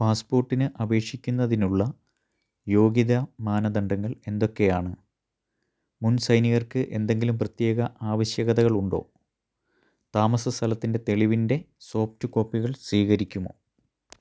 പാസ്പോർട്ടിന് അപേക്ഷിക്കുന്നതിനുള്ള യോഗ്യതാ മാനദണ്ഡങ്ങൾ എന്തൊക്കെയാണ് മുൻ സൈനികർക്ക് എന്തെങ്കിലും പ്രത്യേക ആവശ്യകതകൾ ഉണ്ടോ താമസസ്ഥലത്തിൻ്റെ തെളിവിൻ്റെ സോഫ്റ്റ് കോപ്പികൾ സ്വീകരിക്കുമോ